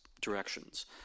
directions